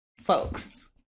folks